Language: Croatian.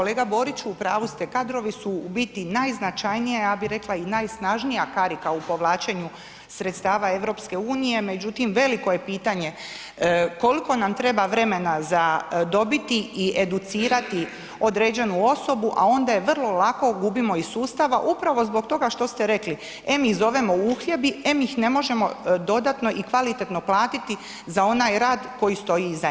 Pa kolega Boriću u pravu ste, kadrovi su u biti najznačajnija ja bi rekla i najsnažnija karika u povlačenju sredstava EU međutim veliko je pita nje koliko nam treba vremena za dobiti i educirati određenu osobu, a onda je vrlo lako gubimo iz sustava upravo zbog toga što ste rekli, em ih zovemo uhljebi, em ih ne možemo dodatno i kvalitetno platiti za onaj rad koji stoji iza njih.